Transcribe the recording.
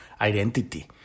identity